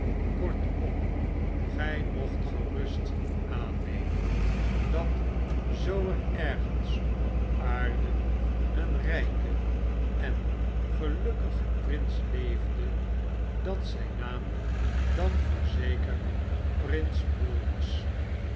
kortom gij mocht gerust aannemen dat zoo er ergens op aarde een rpe en gelukkige prins leefde dat zp naam dan voorzeker prins bull was